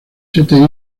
siete